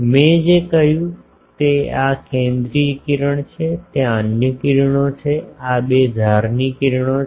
મેં જે કહ્યું તે આ કેન્દ્રિય કિરણ છે ત્યાં અન્ય કિરણો છે આ બે ધારની કિરણો છે